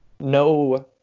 no